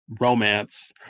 romance